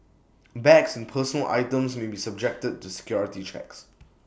bags and personal items may be subjected to security checks